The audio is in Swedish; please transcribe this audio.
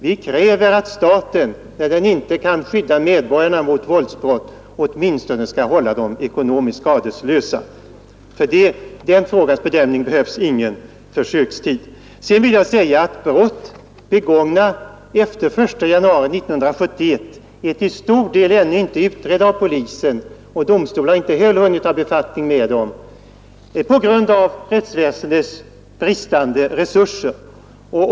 Vi kräver Ersättning för peratt staten, när den inte kan skydda medborgarna mot våldsbrott, ER OT DEN av brott åtminstone skall hålla dem ekonomiskt skadeslösa. För att bedöma den frågan behövs ingen försökstid. Sedan vill jag säga att brott begångna efter den 1 januari 1971 till stor del ännu inte är utredda av polisen. Domstolarna har då naturligtvis inte heller hunnit ta befattning med dem.